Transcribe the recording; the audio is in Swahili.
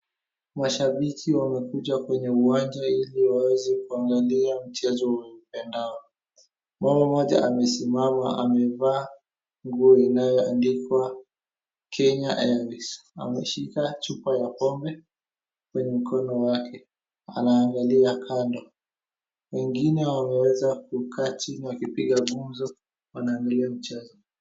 Mashabiki wamekuja kwenye uwanja ili waweze kuangalia mchezo waupendao, wao mmoja amesimama amevaa nguo inaoandikwa kenye Elvis, ameshika chupa ya pombe kwenye mkono wake anaangalia Kando wengine wameweza kukaa chini wakipiga gumzo wanaangalia mchezo.